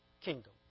kingdom